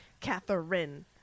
Catherine